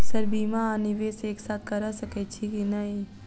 Sir बीमा आ निवेश एक साथ करऽ सकै छी की न ई?